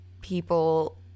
People